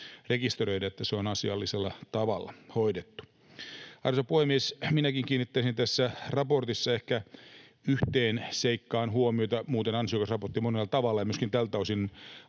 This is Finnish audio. käyttö, niin että se on asiallisella tavalla hoidettu. Arvoisa puhemies! Minäkin kiinnittäisin tässä raportissa huomiota ehkä yhteen seikkaan. Muuten ansiokas raportti monella tavalla ja ansiokas